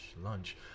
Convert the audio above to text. lunch